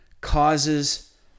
causes